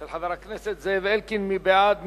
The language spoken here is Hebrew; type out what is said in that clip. של חבר הכנסת זאב אלקין, מי בעד?